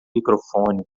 microfone